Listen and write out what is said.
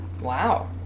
Wow